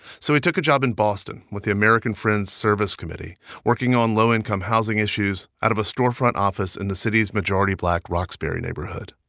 so he took a job in boston with the american friends service committee working on low-income housing issues out of a storefront office in the city's majority-black roxbury neighborhood.